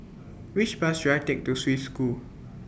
Which Bus should I Take to Swiss School